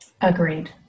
Agreed